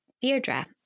Deirdre